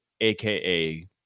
aka